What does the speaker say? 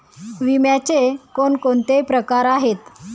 विम्याचे कोणकोणते प्रकार आहेत?